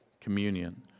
communion